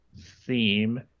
theme